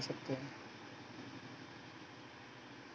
हम सिंचाई की गुणवत्ता में सुधार कैसे ला सकते हैं?